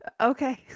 Okay